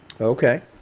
Okay